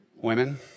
women